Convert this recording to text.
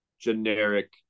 generic